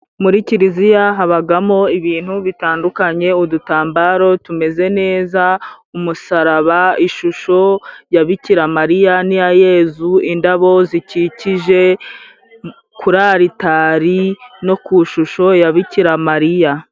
Muri kiliziya habagamo ibintu bitandukanye, udutambaro tumeze neza, umusaraba, ishusho ya Bikira Mariya n'iya Yezu, indabo zikikije kuri alitari no ku shusho ya Bikira Mariya.